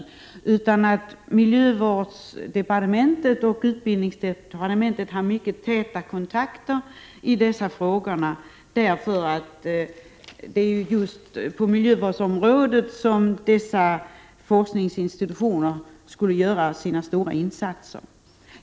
Det är nämligen viktigt att miljödepartementet och utbildningsdepartementet har mycket täta kontakter i dessa frågor, eftersom det är just på miljövårdsområdet som dessa forskningsinstitutioner skall göra sina stora insatser.